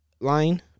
line